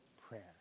prayer